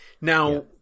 Now